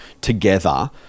together